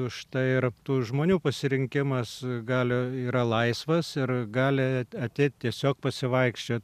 už tai ir tų žmonių pasirinkimas gali yra laisvas ir gali ateit tiesiog pasivaikščiot